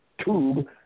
tube